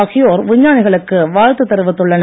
ஆகியோர் விஞ்ஞானிகளுக்கு வாழ்த்து தெரிவித்துள்ளனர்